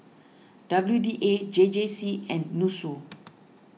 W D A J J C and Nussu